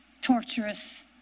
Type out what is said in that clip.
torturous